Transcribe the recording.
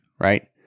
right